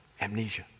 Amnesia